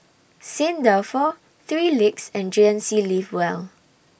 Saint Dalfour three Legs and G N C Live Well